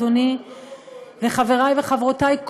אדוני וחברי וחברותי,